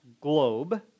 globe